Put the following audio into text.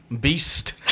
beast